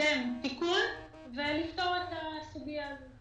בהקדם תיקון ולפתור את הסוגיה הזאת.